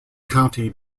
county